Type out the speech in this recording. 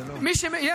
לא, לא, מה פתאום.